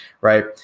Right